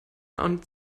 und